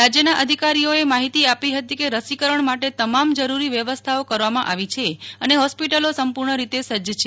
રાજ્યના અધિકારીઓએ માહિતી આપી હતી કે રસીકરણ માટે તમામ જરૂરી વ્યવસ્થાઓ કરવામાં આવી છે અને હોસ્પિટલો સંપૂર્ણ રીતે સજ્જ છે